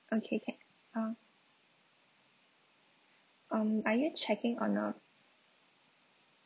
okay can uh um are you checking on a